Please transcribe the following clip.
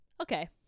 okay